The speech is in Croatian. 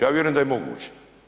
Ja vjerujem da je moguće.